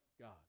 God